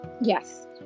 Yes